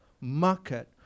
market